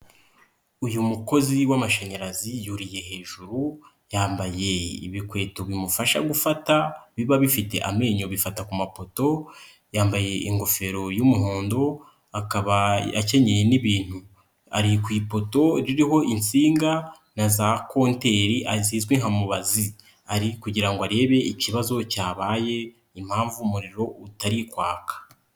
Uyu mukozi w'amashanyarazi yuriye hejuru, yambaye ibikweto bimufasha gufata biba bifite amenyo bifata ku mapoto, yambaye ingofero y'umuhondo akaba akenyeye n'ibintu. Ari ku ipoto ririho insinga na za konteri zizwi nka mubazi ari kugirango ngo arebe ikibazo cyabaye impamvu umuriro utari kwaka.